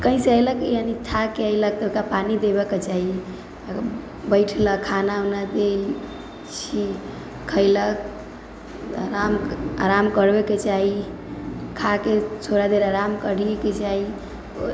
कहीँसँ अयलक यानि थाकिके अयलक तऽ ओकरा पानि देबयके चाही बैठय लेल खाना उना दैत छी खयलक आराम आराम करबयके चाही खा कऽ थोड़ा देर आराम करहिके चाही